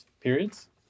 periods